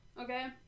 Okay